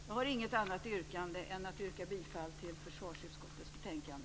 Jag har inget annat yrkande än bifall till hemställan i försvarsutskottets betänkande.